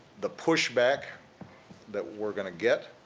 the push back that we're going to get